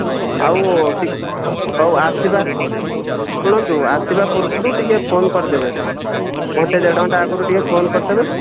ହଉ ଆଉ ଟିକିଏ ହଉ ଆସିବା ଶୁଣନ୍ତୁ ଆସିବା ପୂର୍ବରୁ ଟିକିଏ ଫୋନ୍ କରିଦେବେ ଘଣ୍ଟେ ଦେଢ଼ ଘଣ୍ଟା ଆଗରୁ ଟିକିଏ ଫୋନ୍ କରିଦେବେ